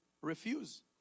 refuse